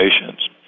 patients